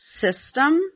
system